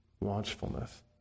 Watchfulness